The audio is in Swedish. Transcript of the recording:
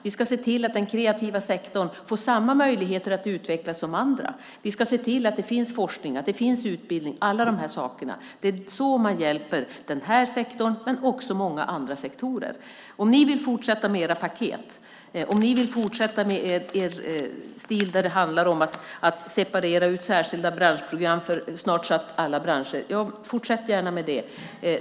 Vi ska se till att den kreativa sektorn får samma möjligheter att utvecklas som andra. Vi ska se till att det finns forskning, att det finns utbildning, alla de sakerna. Det är så man hjälper den här sektorn men också många andra sektorer. Om ni vill fortsätta med era paket, om ni vill fortsätta med er stil där det handlar om att separera ut särskilda branschprogram för snart sagt alla branscher, fortsätt gärna med det.